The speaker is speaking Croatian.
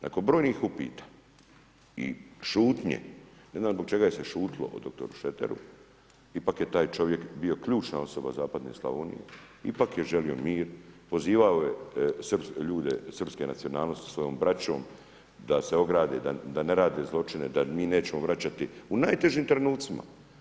Nakon brojnih upita i šutnje, ne znam zbog čega se šutilo o dr. Šreteru, ipak je taj čovjek bio ključna osoba zapadne Slavonije, ipak je želio mir, pozivao je ljude srpske nacionalnosti svojom braćom da se ograde, da ne rade zločine, da mi nećemo vraćati, u najtežim trenucima.